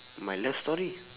my love story